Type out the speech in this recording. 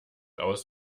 aus